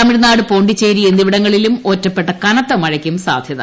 Tamil Nadu Puducherry എന്നിവിടങ്ങളിലും ഒറ്റപ്പെട്ട കനത്ത മഴയ്ക്കും സാധ്യത